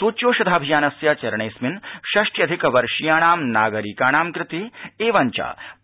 सूच्यौषधाभियानस्य चरणेऽस्मिन् षष्ट्यधिकवर्षीयाणां नारिकाणां कृते एवंच